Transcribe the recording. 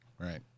right